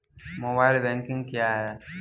Mobile banking क्या है?